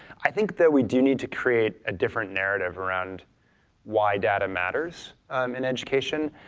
i think that we do need to create a different narrative around why data matters in education,